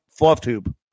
FluffTube